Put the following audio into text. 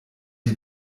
die